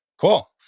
Cool